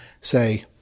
say